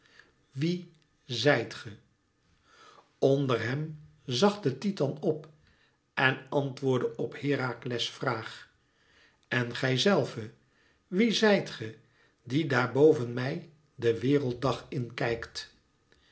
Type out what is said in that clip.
wie zijt ge onder hem zag de titan op en antwoordde op herakles vraag en gijzelve wie zijt ge die daar boven mij den werelddag in kijkt